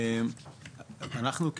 אנחנו,